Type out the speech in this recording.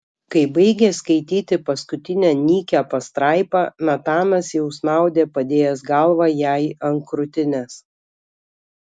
kai baigė skaityti paskutinę nykią pastraipą natanas jau snaudė padėjęs galvą jai ant krūtinės